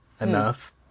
enough